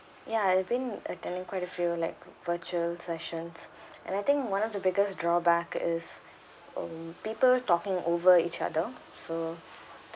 ya I have been attending quite a few like virtual sessions and I think one of the biggest drawback is um people talking over each other so